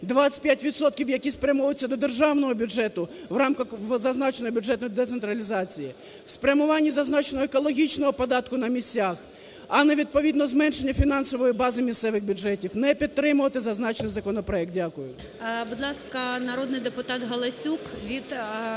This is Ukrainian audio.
які спрямовуються до державного бюджету в рамках зазначеної бюджетної децентралізації, в спрямуванні зазначеного екологічного податку на місцях, а не відповідно зменшення фінансової бази місцевих бюджетів. Не підтримувати зазначений законопроект. Дякую. ГОЛОВУЮЧИЙ Будь ласка, народний депутат Галасюк від